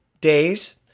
days